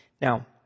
Now